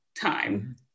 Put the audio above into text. time